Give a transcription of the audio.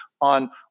on